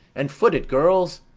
and foot it, girls.